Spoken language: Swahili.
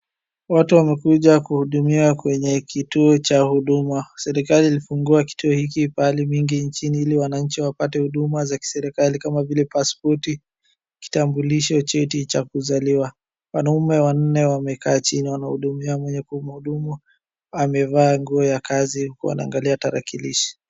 Watu wamekuja kuhudumiwa kwenye kituo cha huduma. Serikali ilifungua kituo hiki pahali mingi nchini ili wananchi wapate huduma za kiserikali kama vile pasipoti, kitambulisho, cheti cha kuzaliwa. Wanaume wanne wamekaa chini wanahudumiwa. Mwenye kumhudumu amevaa nguo ya kazi huku ana angalia tarakilishi.